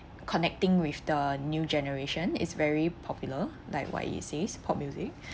connecting with the new generation is very popular like what he says pop music